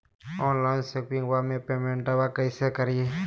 Online शोपिंगबा में पेमेंटबा कैसे करिए?